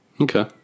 Okay